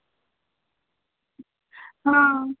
हां